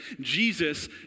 Jesus